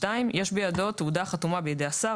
(2) יש בידו תעודה חתומה בידי השר,